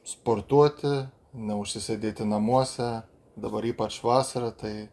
sportuoti neužsisėdėti namuose dabar ypač vasarą tai